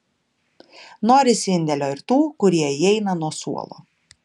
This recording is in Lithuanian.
norisi indėlio ir tų kurie įeina nuo suolo